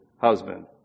husband